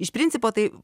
iš principo tai